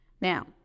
Now